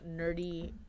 nerdy